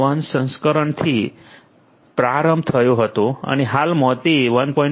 1 સંસ્કરણથી પ્રારંભ થયો હતો અને હાલમાં તે 1